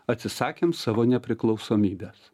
atsisakėm savo nepriklausomybės